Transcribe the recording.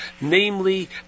Namely